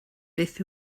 beth